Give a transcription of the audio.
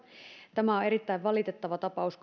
tämä on kaikkinensa erittäin valitettava tapaus